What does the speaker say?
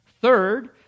Third